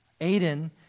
Aiden